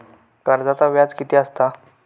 कर्जाचा व्याज कीती असता?